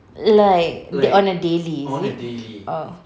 like on a daily is it orh